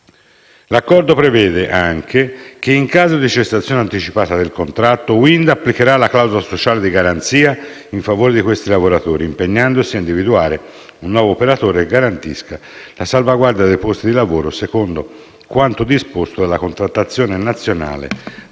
L'accordo prevede anche che, in caso di cessazione anticipata del contratto, Wind Tre applicherà la clausola sociale di garanzia in favore di questi lavoratori, impegnandosi a individuare un nuovo operatore che garantisca la salvaguardia dei posti di lavoro secondo quanto disposto dalla contrattazione nazionale